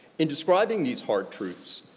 in describing these hard truths,